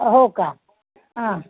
हो का हा